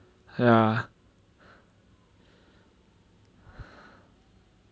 ya